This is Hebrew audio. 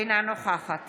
אינה נוכחת